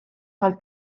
tal